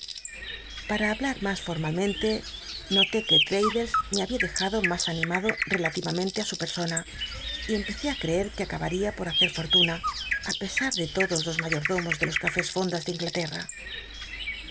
ua habla mas formalmente noté que l'raddles me había dejado mas animado relativamente í su persona y empecé creer que acabaría por hacer fortuna á pesar de lodos los mayordomos de los cafés fondas de